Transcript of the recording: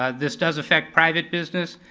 ah this does affect private business,